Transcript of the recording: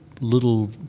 little